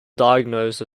diagnosed